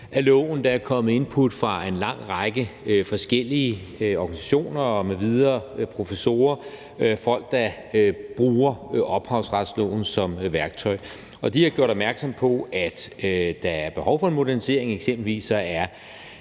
af loven. Der er kommet input fra en lang række forskellige organisationer m.v. – professorer og folk, der bruger ophavsretsloven som værktøj – og de har gjort opmærksom på, at der er behov for en modernisering. Eksempelvis er